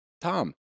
Tom